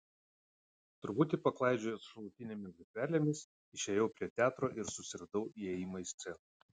truputį paklaidžiojęs šalutinėmis gatvelėmis išėjau prie teatro ir susiradau įėjimą į sceną